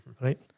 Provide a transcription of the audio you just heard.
right